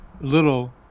little